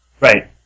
Right